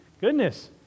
goodness